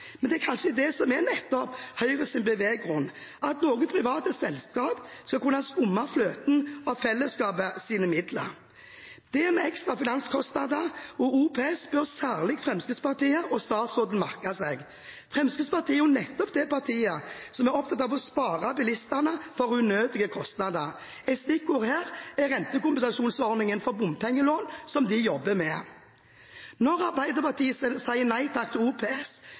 Men det er kanskje nettopp det som er Høyres beveggrunn, at noen private selskaper skal kunne skumme fløten av fellesskapets midler. Det med ekstra finanskostnader og OPS bør særlig Fremskrittspartiet og statsråden merke seg. Fremskrittspartiet er jo nettopp det partiet som er opptatt av å spare bilistene for unødige kostnader. Et stikkord her er rentekompensasjonsordningen for bompengelån, som de jobber med. Når Arbeiderpartiet sier nei takk til OPS,